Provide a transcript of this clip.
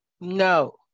No